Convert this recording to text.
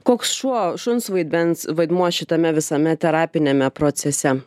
koks šuo šuns vaidmens vaidmuo šitame visame terapiniame procese